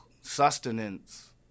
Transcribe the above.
sustenance